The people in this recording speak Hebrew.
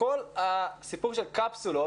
כל הסיפור של קפסולות,